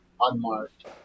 unmarked